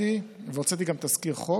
והנחיתי, והוצאתי גם תזכיר חוק